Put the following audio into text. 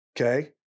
Okay